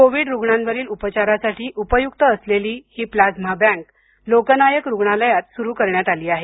Covid रुग्णांवरील उपचारासाठी उपयुक्त असलेली ही प्लाझ्मा बँक लोकनायक रुग्णालयात सुरू करण्यात आली आहे